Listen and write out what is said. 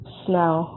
smell